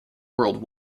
world